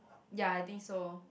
ya I think so